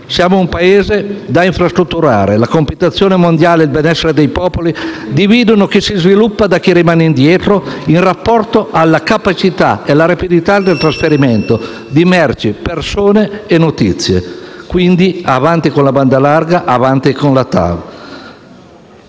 Siamo un Paese da infrastrutturare; la competizione mondiale e il benessere dei popoli dividono chi si sviluppa da chi rimane indietro in rapporto alla capacità e alla rapidità del trasferimento di merci, persone e notizie; quindi avanti con la banda larga e con la TAV.